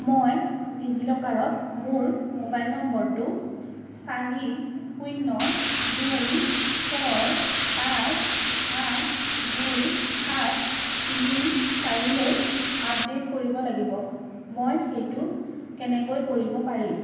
মই ডিজিলকাৰত মোৰ মোবাইল নম্বৰটো চাৰি শূন্য দুই ছয় পাঁচ আঠ দুই সাত তিনি চাৰিলৈ আপডেট কৰিব লাগিব মই সেইটো কেনেকৈ কৰিব পাৰিম